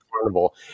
carnival